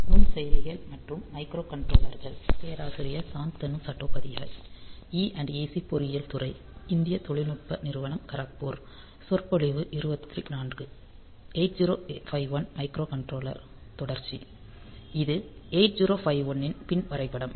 8051 microcontroller தொடர்ந்து இது 8051 இன் பின் வரைபடம்